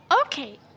Okay